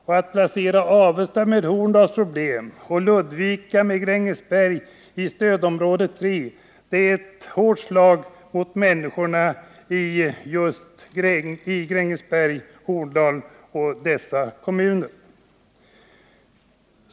Och att placera Avesta kommun med Horndals problem och Ludvika kommun med Grängesbergs i stödområde 3 är ett hårt slag mot människorna i just Grängesberg och Horndal och mot hela kommunerna.